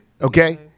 Okay